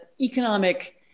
economic